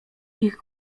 ich